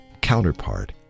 counterpart